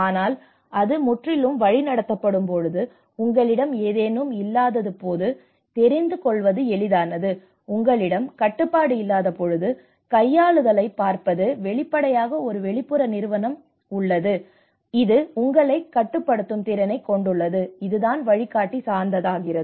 ஆனால் அது முற்றிலும் வழிநடத்தப்படும்போது உங்களிடம் ஏதேனும் இல்லாதபோது தெரிந்து கொள்வது எளிதானது உங்களிடம் கட்டுப்பாடு இல்லாதபோது கையாளுதலைப் பார்ப்பது வெளிப்படையாக ஒரு வெளிப்புற நிறுவனம் உள்ளது இது உங்களைக் கட்டுப்படுத்தும் திறனைக் கொண்டுள்ளது அதுதான் வழிகாட்டி சார்ந்ததாகிறது